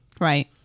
Right